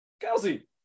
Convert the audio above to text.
Kelsey